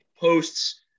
posts